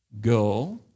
Go